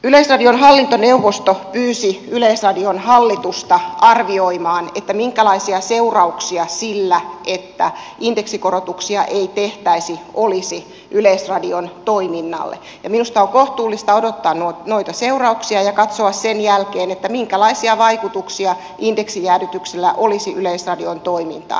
yleisradion hallintoneuvosto pyysi yleisradion hallitusta arvioimaan minkälaisia seurauksia sillä että indeksikorotuksia ei tehtäisi olisi yleisradion toiminnalle ja minusta on kohtuullista odottaa noita seurauksia ja katsoa sen jälkeen minkälaisia vaikutuksia indeksijäädytyksellä olisi yleisradion toimintaan